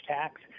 tax